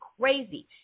crazy